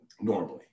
normally